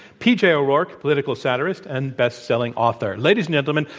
pj o'rourke, political satirist and best-selling author. ladies and gentlemen,